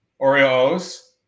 Oreos